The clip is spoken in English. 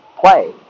play